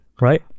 right